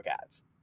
ads